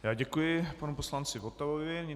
Já děkuji panu poslanci Votavovi.